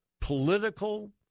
political